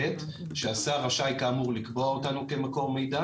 שהשר רשאי כאמור לקבוע אותנו כמקור מידע